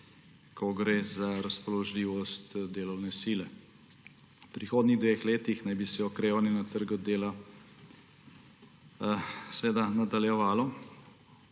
ko gre za razpoložljivost delovne sile. V prihodnih dveh letih naj bi se okrevanje na trgu dela nadaljevalo.